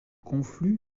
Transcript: conflue